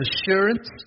assurance